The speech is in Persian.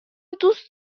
دوست